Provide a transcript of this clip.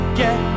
get